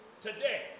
today